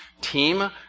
Team